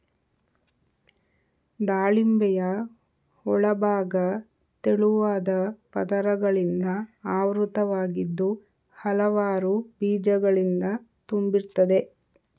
ದಾಳಿಂಬೆಯ ಒಳಭಾಗ ತೆಳುವಾದ ಪದರಗಳಿಂದ ಆವೃತವಾಗಿದ್ದು ಹಲವಾರು ಬೀಜಗಳಿಂದ ತುಂಬಿರ್ತದೆ